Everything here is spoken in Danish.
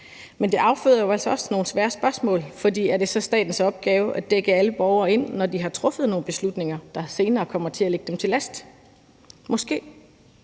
Men det afføder jo altså også nogle svære spørgsmål, for er det så statens opgave at dække alle borgere ind, når de har truffet nogle beslutninger, der senere kommer til at ligge dem til last? Måske,